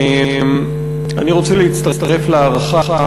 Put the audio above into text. אני רוצה להצטרף להערכה,